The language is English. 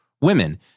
women